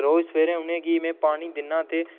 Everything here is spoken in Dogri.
रोज सबेरै उ'नें गी में पानी दिन्नां ते